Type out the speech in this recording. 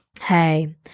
Hey